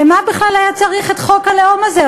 למה בכלל היה צריך את חוק הלאום הזה,